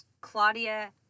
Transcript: Claudia